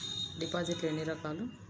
డిపాజిట్లు ఎన్ని రకాలు?